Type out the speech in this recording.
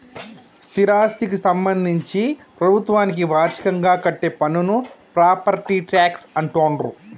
స్థిరాస్థికి సంబంధించి ప్రభుత్వానికి వార్షికంగా కట్టే పన్నును ప్రాపర్టీ ట్యాక్స్ అంటుండ్రు